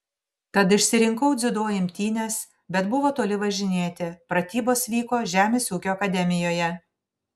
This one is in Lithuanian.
tad išsirinkau dziudo imtynes bet buvo toli važinėti pratybos vyko žemės ūkio akademijoje